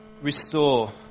restore